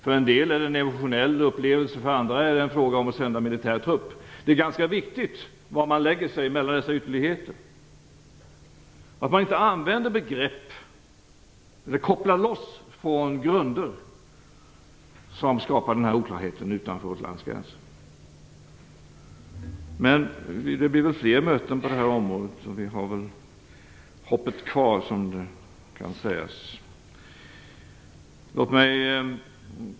För en del är det en emotionell upplevelse. För andra är det fråga om att sända militär trupp. Det är ganska viktigt var mellan dessa ytterligheter man lägger sig. Man skall inte koppla loss från grunder på ett sådant sätt att oklarhet skapas utanför vårt lands gränser. Men det blir väl fler möten på detta område. Vi har hoppet kvar, kan jag säga.